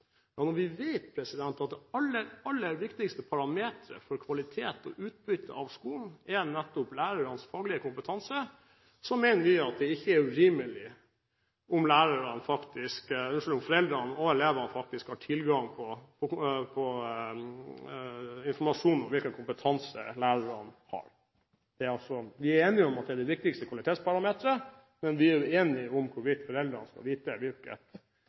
lærerne. Når vi vet at det aller viktigste parameteret for kvalitet og utbytte av skolen er nettopp lærernes faglige kompetanse, mener vi at det ikke er urimelig at foreldrene og elevene har tilgang til informasjon om hvilken kompetanse lærerne har. Vi er enige om at det er det viktigste kvalitetsparameteret, men vi er uenige om hvorvidt foreldrene skal få vite